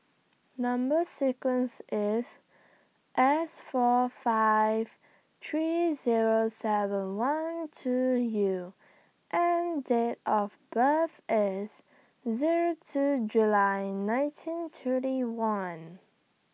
Number sequence IS S four five three Zero seven one two U and Date of birth IS Zero two July nineteen thirty one